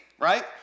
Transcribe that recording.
right